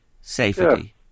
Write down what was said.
safety